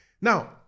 Now